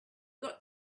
got